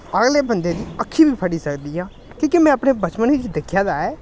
अगले बंदे दी अक्खीं बी फटी सकदियां कि के में अपने बचपन च दिक्खे दा ऐ